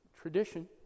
tradition